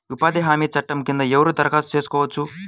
ఉపాధి హామీ చట్టం కింద ఎవరు దరఖాస్తు చేసుకోవచ్చు?